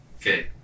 okay